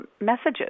messages